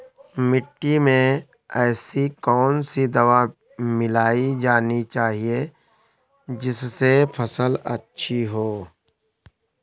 मिट्टी में ऐसी कौन सी दवा मिलाई जानी चाहिए जिससे फसल अच्छी हो?